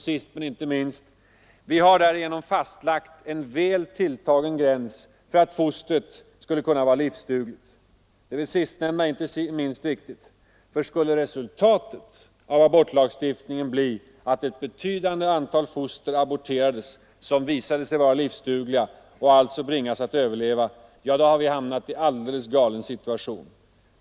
Sist men inte minst har vi genom tolvveckorsgränsen fastlagt en gräns med väl tilltagen marginal för att fostret skulle vara livsdugligt. Det sistnämnda är inte minst viktigt. Skulle resultatet av den nya abortlagstiftningen bli att ett betydande antal foster aborteras som visar sig livsdugliga och alltså bringas att överleva, ja, då har vi hamnat i en alldeles galen situation.